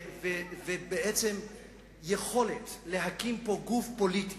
בעצם יכולת להקים פה גוף פוליטי